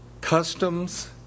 Customs